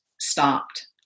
stopped